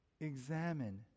Examine